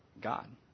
God